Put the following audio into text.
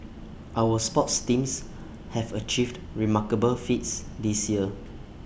our sports teams have achieved remarkable feats this year